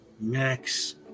Max